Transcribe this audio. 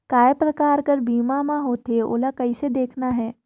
काय प्रकार कर बीमा मा होथे? ओला कइसे देखना है?